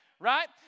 Right